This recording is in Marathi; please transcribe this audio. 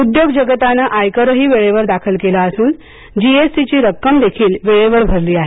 उद्योग जगताने आयकरही वेळेवर दाखल केला असून जी एस टी ची रक्कमदेखील वेळेवर भरली आहे